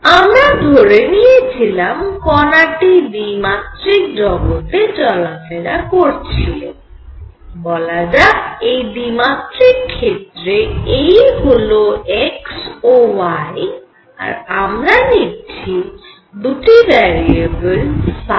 আমরা ধরে নিয়েছিলাম কণা টি দ্বিমাত্রিক জগতে চলাফেরা করছিল বলা যাক এই দ্বিমাত্রিক ক্ষেত্রে এই হল x ও y আর আমরা নিচ্ছি দুটি ভ্যারিয়েবল ও r